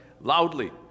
loudly